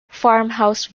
farmhouse